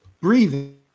Breathing